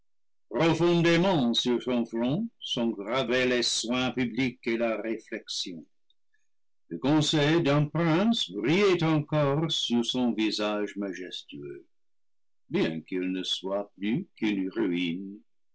front sont gravés les soins publics et la réflexion le conseil d'un prince brillait encore sur son visage majestueux bien qu'il ne soit plus qu'une ruine